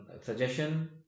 Suggestion